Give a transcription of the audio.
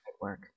work